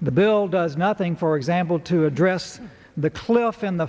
the bill does nothing for example to address the cliff in the